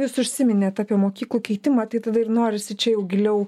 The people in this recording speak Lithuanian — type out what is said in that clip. jūs užsiminėt apie mokyklų keitimą tai tada ir norisi čia jau giliau